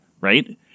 right